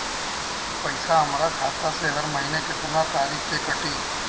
पैसा हमरा खाता से हर महीना केतना तारीक के कटी?